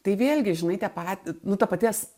tai vėlgi žinai tie pati nu ta paties